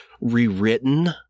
rewritten